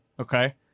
Okay